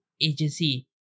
agency